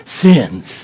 sins